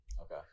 okay